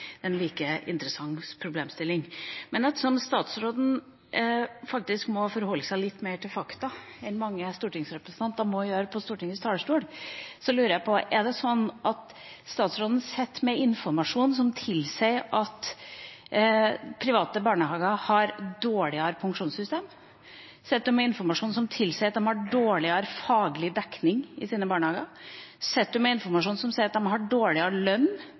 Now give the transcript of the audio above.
Det er en like interessant problemstilling. Men ettersom statsråden faktisk må forholde seg litt mer til fakta enn mange stortingsrepresentanter må gjøre på Stortingets talerstol, lurer jeg på: Er det sånn at statsråden sitter med informasjon som tilsier at private barnehager har dårligere pensjonssystem? Sitter han med informasjon som sier at de har dårligere faglig dekning i sine barnehager? Sitter han med informasjon som sier at de har dårligere lønn,